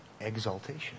exaltation